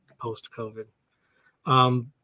post-COVID